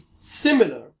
similar